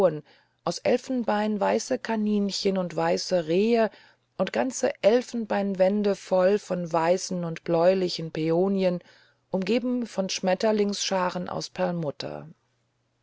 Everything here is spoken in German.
aus elfenbein weiße kaninchen und weiße rehe und ganze elfenbeinwände voll von weißen und bläulichen päonien umgeben von schmetterlingsscharen aus